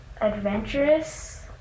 Adventurous